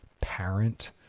parent